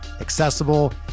accessible